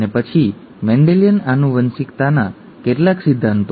અને પછી મેન્ડેલિયન આનુવંશિકતાના કેટલાક સિદ્ધાંતો